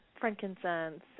frankincense